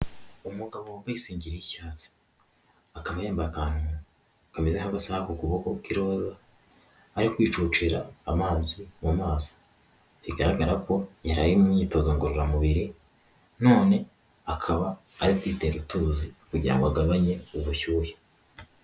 Umugabo wambaye isengeri y'icyatsi, akaba yambaye akantu kameze nk'agasaha ku kuboko k'iroza ari kwicukera amazi mu maso, bigaragara ko yarari mu myitozo ngororamubiri none akaba ari kwitera utuzi kugira ngo agabanye ubushyuhe.